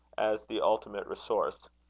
as the ultimate resource.